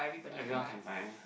everyone can buy